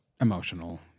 Emotional